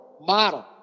model